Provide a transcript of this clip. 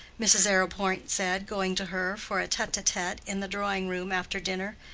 mrs. arrowpoint said, going to her for a tete-a-tete in the drawing-room after dinner.